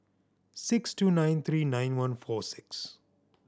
six two nine three nine one four six